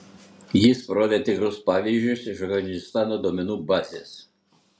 jis parodė tikrus pavyzdžius iš afganistano duomenų bazės